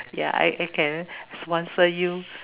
ya I I can sponsor you